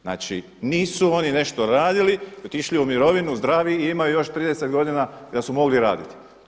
Znači, nisu oni nešto radili, otišli u mirovinu zdravi i imaju još 30 godina da su mogli raditi.